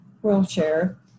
wheelchair